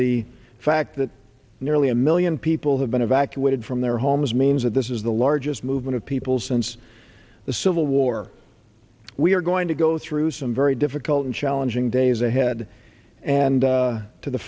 the fact that nearly a million people have been evacuated from their homes means that this is the largest movement of people since the civil war we are going to go through some very difficult and challenging days ahead and to the